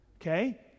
okay